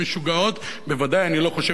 בוודאי אני לא חושב את זה על המדינה שלי.